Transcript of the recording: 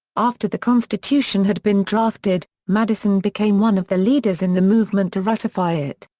after the constitution had been drafted, madison became one of the leaders in the movement to ratify it.